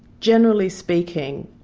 generally speaking,